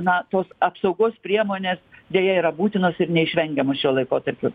na tos apsaugos priemonės deja yra būtinos ir neišvengiamos šiuo laikotarpiu